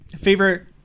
favorite